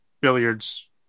Billiards